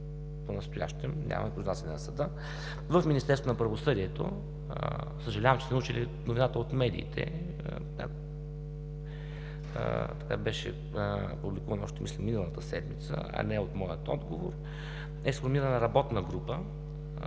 Понастоящем нямаме произнасяне на съда. В Министерство на правосъдието, съжалявам, че сте научили новината от медиите, беше публикувана още, мисля, миналата седмица, а не от моя отговор, бе сформирана работна група